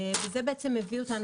זה מביא אותנו,